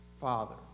Father